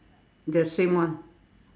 the same one